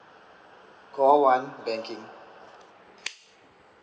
call one banking